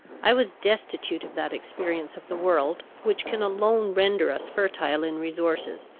i was destitute of that experience of the world, which can alone render us fertile in resources,